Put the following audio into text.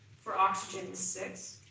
for oxygen's six,